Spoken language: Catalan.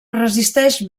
resisteix